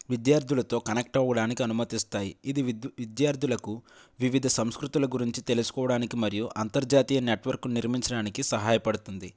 విద్యార్థులతో కనెక్ట్ అవ్వడానికి అనుమతిస్తాయి ఇది విద్యార్థులకు వివిధ సంస్కృతుల గురించి తెలుసుకోవడానికి మరియు అంతర్జాతీయ నెట్వర్క్ నిర్మించడానికి సహాయపడుతుంది